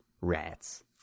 rats